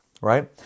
Right